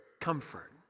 comfort